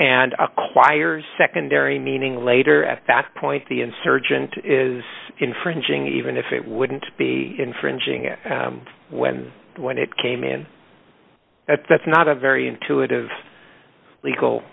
and acquires secondary meaning later at that point the insurgent is infringing even if it wouldn't be infringing it when when it came in at that's not a very intuitive legal